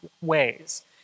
ways